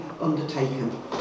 undertaken